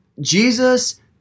Jesus